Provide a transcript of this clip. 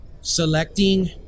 Selecting